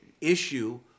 issue